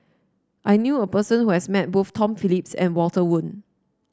I knew a person who has met both Tom Phillips and Walter Woon